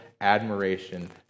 admiration